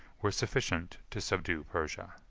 were sufficient to subdue persia.